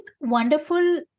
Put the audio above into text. wonderful